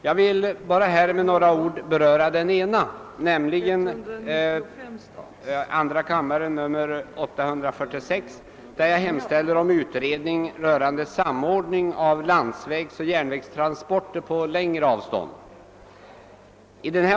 Jag vill här med några ord beröra den ena, nämligen motionen II: 846, i vilken jag har hemställt om utredning rörande en samordning av landsvägsoch järnvägstransporter på längre avstånd.